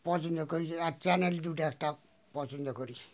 পছন্দ করি আর চ্যানেল দুটো একটা পছন্দ করি